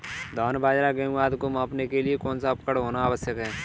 धान बाजरा गेहूँ आदि को मापने के लिए कौन सा उपकरण होना आवश्यक है?